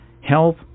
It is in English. Health